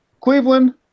Cleveland